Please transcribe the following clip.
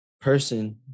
person